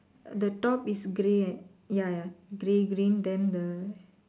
the top is grey ya ya grey green then the